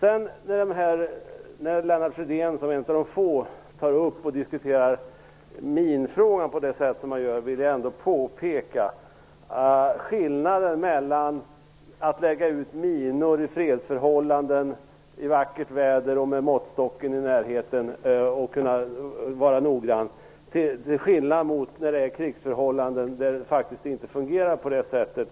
Eftersom Lennart Fridén som en av de få tar upp och diskuterar minfrågan på det sätt som han gör vill jag ändå påpeka skillnaden mellan att lägga ut minor i fredsförhållanden, i vackert väder och med måttstocken i närheten så att man kan vara noggrann, och i krigsförhållanden, när det faktiskt inte fungerar på det sättet.